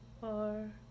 Four